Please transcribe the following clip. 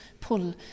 pull